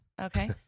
Okay